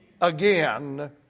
again